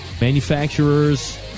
Manufacturers